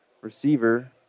receiver